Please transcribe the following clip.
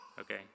Okay